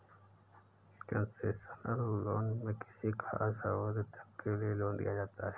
concessional loan में किसी खास अवधि तक के लिए लोन दिया जाता है